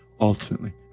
ultimately